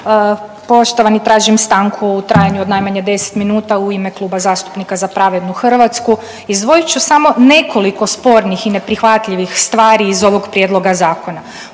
Poštovani, tražim stanku u trajanju od najmanje 10 minuta u ime Kluba zastupnika Za pravednu Hrvatsku. Izdvojit ću samo nekoliko spornih i neprihvatljivih stvari iz ovog Prijedloga zakona.